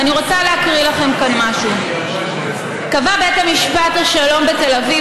ואני רוצה להקריא לכם כאן משהו: קבע בית משפט השלום בתל אביב